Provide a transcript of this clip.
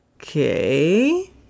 okay